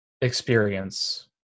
experience